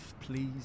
please